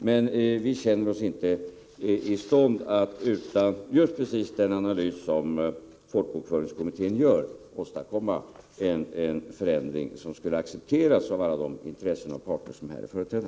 Men vi känner oss inte i stånd att utan just den analys som folkbokföringskommittén gör åstadkomma en förändring som skulle kunna accepteras av alla de intressen och parter som här är företrädda.